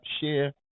share